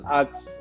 acts